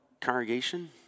congregation